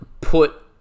put